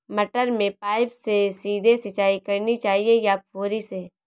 मटर में पाइप से सीधे सिंचाई करनी चाहिए या फुहरी से?